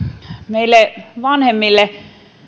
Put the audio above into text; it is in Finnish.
meille vanhemmille